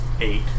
eight